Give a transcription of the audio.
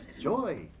joy